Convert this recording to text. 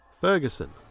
Ferguson